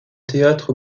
théâtre